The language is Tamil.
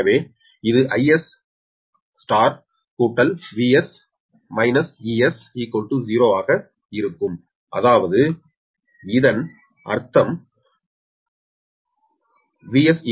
எனவே இது 𝑰𝒔 ∗ 𝑽𝒔 −𝑬𝒔 0 ஆக இருக்கும் அதாவது இதன் அர்த்தம் இது